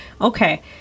Okay